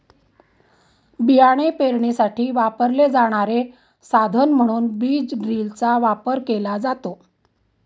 बियाणे पेरणीसाठी वापरले जाणारे साधन म्हणून बीज ड्रिलचा वापर केला जातो